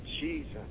Jesus